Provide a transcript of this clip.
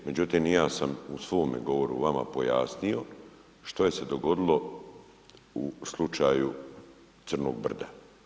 Međutim i ja sam u svome govoru vama pojasnio što se je dogodilo u slučaju Crnog brda.